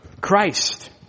Christ